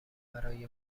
برای